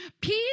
Peace